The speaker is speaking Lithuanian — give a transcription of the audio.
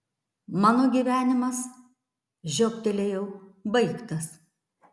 mano gyvenimas žiobtelėjau baigtas